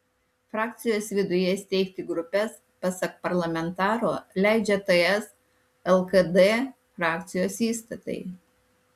frakcijos viduje steigti grupes pasak parlamentaro leidžia ts lkd frakcijos įstatai